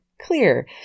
clear